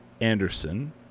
Anderson